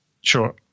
sure